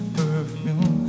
perfume